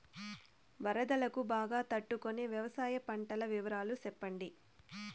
వరదలకు బాగా తట్టు కొనే వ్యవసాయ పంటల వివరాలు చెప్పండి?